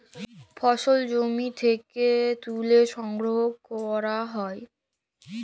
ফসল জমি থ্যাকে ত্যুলে সংগ্রহ ক্যরে পরসেস ক্যরা হ্যয়